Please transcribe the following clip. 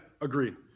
agreed